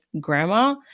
grandma